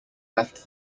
left